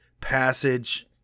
passage